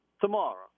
Tomorrow